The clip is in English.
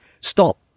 stop